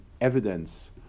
evidence